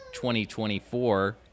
2024